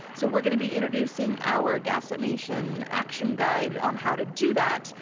so we're going to be introducing our gaslit nation action guide on how to do that.